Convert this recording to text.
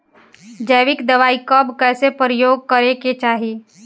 जैविक दवाई कब कैसे प्रयोग करे के चाही?